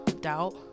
doubt